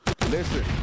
Listen